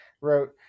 wrote